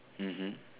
mmhmm